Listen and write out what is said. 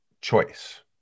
choice